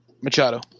Machado